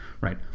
right